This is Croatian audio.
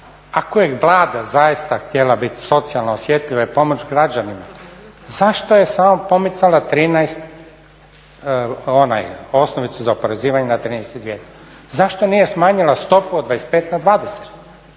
Ako je Vlada zaista htjela biti socijalno osjetljiva i pomoć građanima zašto je samo pomicala 13, onu osnovicu za oporezivanje na 13 200? Zašto nije smanjila stopu od 25 na 20